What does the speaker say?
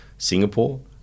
Singapore